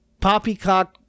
poppycock